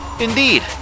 Indeed